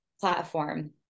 platform